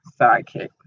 sidekick